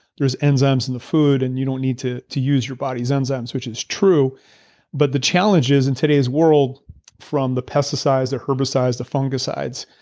there's enzymes in the food, and you don't need to to use your body's enzymes, which is true but the challenges in today's world from the pesticides or herbicides, the fungicides,